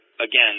again